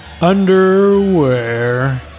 underwear